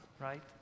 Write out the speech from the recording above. right